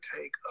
take